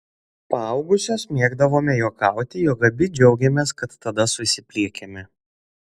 paaugusios mėgdavome juokauti jog abi džiaugiamės kad tada susipliekėme